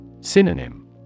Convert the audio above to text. Synonym